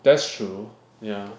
that's true yeah